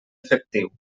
efectiu